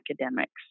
academics